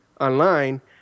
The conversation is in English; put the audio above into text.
online